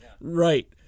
right